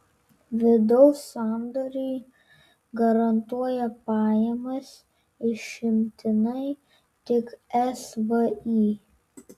vidaus sandoriai garantuoja pajamas išimtinai tik svį